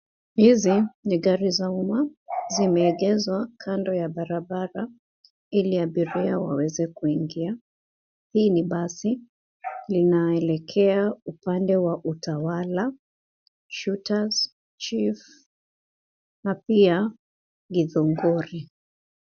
Hizi ni gari za umma zimeegeshwa kando ya barabara ili abiria aweze kuingia, hii ni basi linaelekea upande wa Utawala Shutas, Chief, na pia Kitongori.